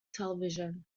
television